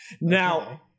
Now